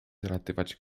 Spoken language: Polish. zalatywać